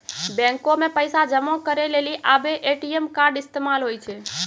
बैको मे पैसा जमा करै लेली आबे ए.टी.एम कार्ड इस्तेमाल होय छै